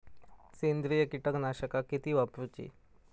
सेंद्रिय कीटकनाशका किती वापरूची?